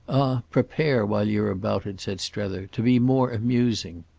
prepare while you're about it, said strether, to be more amusing.